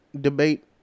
debate